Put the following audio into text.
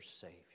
Savior